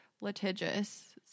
litigious